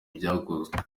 ibyakozwe